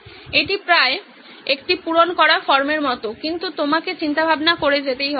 এটি প্রায় একটি পূরণ করা ফর্মের মতো কিন্তু আপনাকে চিন্তাভাবনা করে যেতে হবে